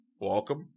welcome